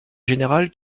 général